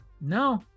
No